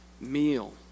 meal